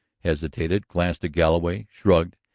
hesitated, glanced at galloway, shrugged,